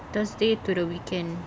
thursday to the weekend